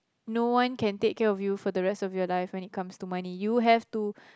no one can take care of you for the rest of your life when it comes to money you have to